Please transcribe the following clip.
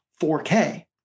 4k